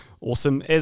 Awesome